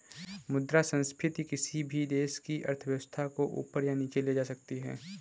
मुद्रा संस्फिति किसी भी देश की अर्थव्यवस्था को ऊपर या नीचे ले जा सकती है